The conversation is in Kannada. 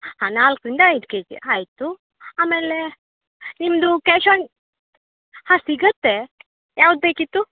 ಹಾಂ ನಾಲ್ಕರಿಂದ ಐದು ಕೆಜಿ ಆಯಿತು ಆಮೇಲೆ ನಿಮ್ಮದು ಕ್ಯಾಶ್ ಆನ್ ಹಾಂ ಸಿಗುತ್ತೆ ಯಾವ್ದು ಬೇಕಿತ್ತು